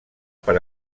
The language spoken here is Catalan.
per